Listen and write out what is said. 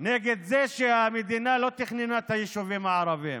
נגד זה שהמדינה לא תכננה את היישובים הערביים.